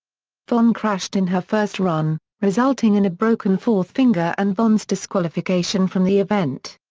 vonn crashed in her first run, resulting in a broken fourth finger and vonn's disqualification from the event.